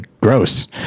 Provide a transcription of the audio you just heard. gross